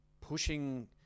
pushing